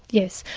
yes.